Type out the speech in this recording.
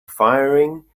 firing